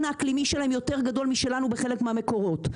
האקלימי שלהן יותר גדול משלנו בחלק מהמקורות,